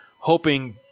hoping